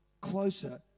closer